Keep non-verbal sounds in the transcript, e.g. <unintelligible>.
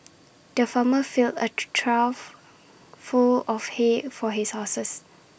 the farmer filled A <unintelligible> trough full of hay for his horses